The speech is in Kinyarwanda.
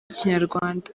kinyarwanda